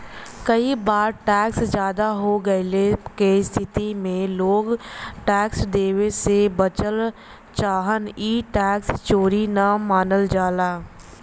कई बार टैक्स जादा हो गइले क स्थिति में लोग टैक्स देवे से बचल चाहन ई टैक्स चोरी न मानल जाला